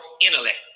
intellect